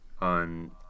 On